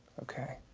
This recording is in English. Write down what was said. okay,